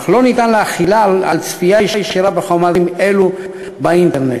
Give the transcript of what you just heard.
אך אין אפשרות להחילה על צפייה ישירה בחומרים אלו באינטרנט.